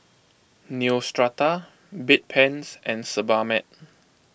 Neostrata Bedpans and Sebamed